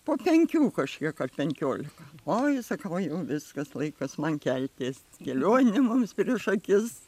po penkių kažkiek ar penkiolika oi sakau jau viskas laikas man keltis kelionė mums prieš akis